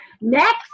Next